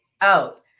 out